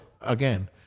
Again